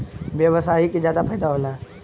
व्यवसायी के जादा फईदा होला